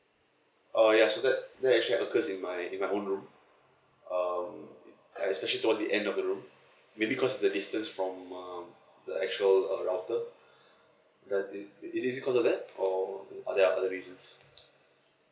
uh yes so that that's actually occurs in my in my own room um especially towards the end of the room maybe because the distance from um the actual uh router is is this because of that or are there other reason